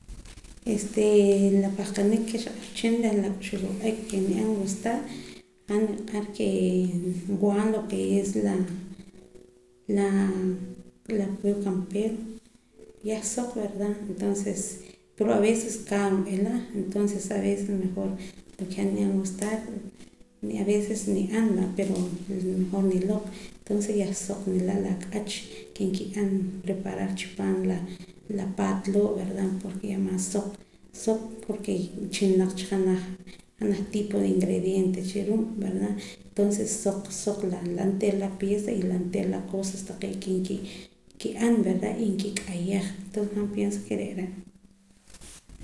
la pahqanik ke xaq'ar cha wehchin reh la k'uxb'al wa'ak ke ni'an gustar han niq'ar ke nwaa lo ke es la la pollo campero yah suq verda entonce pero aveces caro n'ila entonce aveces mejor porke han ni'an gustar aveces ni'an va pero nejor niloq' entonce yah suq nila' la k'ach ke nki'an preparar chi paam la paat loo' verda porke maas suq porke chilnaq cha janaj tipo de ingrediente ruu' verda etonces suq suq la anteera la pieza y anteeera la cosas ke nki'an verda y y nkik'ayaj entonces han pienso ke re' re'